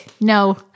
No